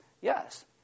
yes